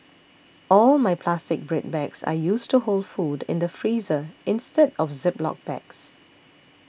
all my plastic bread bags are used to hold food in the freezer instead of Ziploc bags